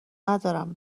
ندارم